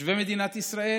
תושבי מדינת ישראל